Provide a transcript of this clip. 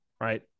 right